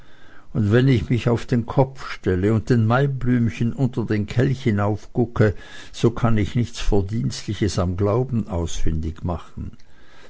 und wenn ich mich auf den kopf stelle und den maiblümchen unter den kelch hinaufgucke so kann ich nichts verdienstliches am glauben ausfindig machen